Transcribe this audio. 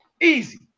Easy